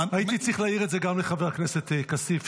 הייתי צריך להעיר את זה גם לחבר הכנסת כסיף,